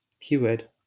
keyword